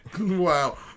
wow